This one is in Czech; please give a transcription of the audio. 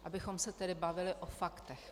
Abychom se tedy bavili o faktech.